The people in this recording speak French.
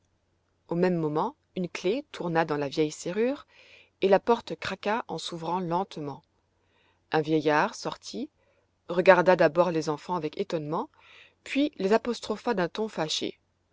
au même moment une clef tourna dans la vieille serrure et la porte craqua en s'ouvrant lentement un vieillard sortit regarda d'abord les enfants avec étonnement puis les apostropha d'un ton fâché